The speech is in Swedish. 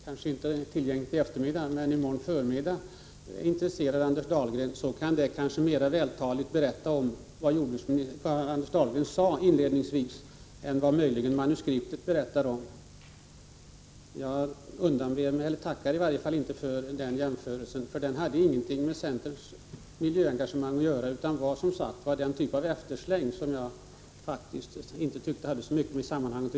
Herr talman! Kammarens protokoll är kanske inte tillgängligt i eftermiddag, men i morgon förmiddag kan vi finna att det mera vältaligt skildrar vad Anders Dahlgren sade inledningsvis än vad möjligen manuskriptet berättar om. Jag tackar inte för den jämförelse Anders Dahlgren gjorde, för den hade ingenting med centerns miljöengagemang att göra, utan det var en eftersläng som jag inte tycker hör hemma i sammanhanget.